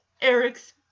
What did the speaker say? Eric's